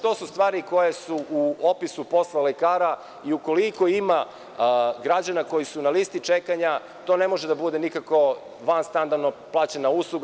To su stvari koje su u opisu posla lekara i ukoliko ima građana koji su na listi čekanja, to nikako ne može da bude vanstandardno plaćena usluga.